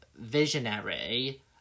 visionary